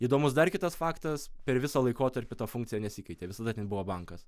įdomus dar kitas faktas per visą laikotarpį ta funkcija nesikeitė visada ten buvo bankas